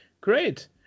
Great